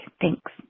Thanks